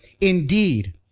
Indeed